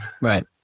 Right